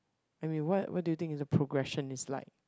I mean what what do you think is the progression is like